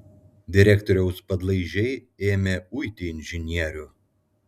direktoriaus padlaižiai ėmė uiti inžinierių